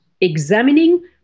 Examining